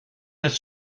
met